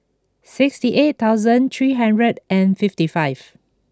sixty eight thousand three hundred and fifty five